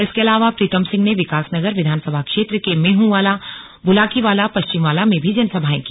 इसके अलावा प्रीतम सिंह ने विकासनगर विधानसभा क्षेत्र के मेहंवाला बुलाकीवाला पश्चिमवाला में भी जनसभाए की